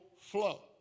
flow